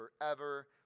forever